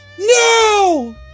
No